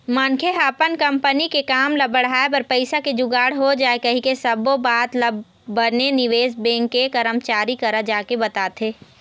मनखे ह अपन कंपनी के काम ल बढ़ाय बर पइसा के जुगाड़ हो जाय कहिके सब्बो बात ल बने निवेश बेंक के करमचारी करा जाके बताथे